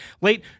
late